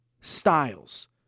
Styles